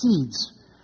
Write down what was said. seeds